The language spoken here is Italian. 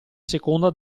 seconda